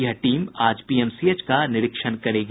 यह टीम आज पीएमसीएच का निरीक्षण करेगी